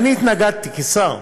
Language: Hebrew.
ואני התנגדתי, כשר.